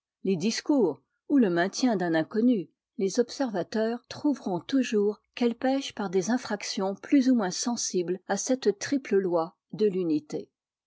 les discours ou le maintien d'un inconnu les observateurs trouveront toujours qu'elles pèchent par des infractions plus ou moins sensibles à cette triple loi de l'unité